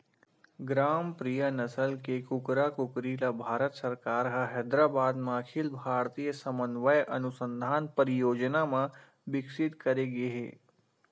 ग्रामप्रिया नसल के कुकरा कुकरी ल भारत सरकार ह हैदराबाद म अखिल भारतीय समन्वय अनुसंधान परियोजना म बिकसित करे गे हे